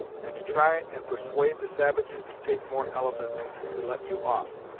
and to try and persuade the savages to take more elephants to let you off,